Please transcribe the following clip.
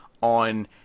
on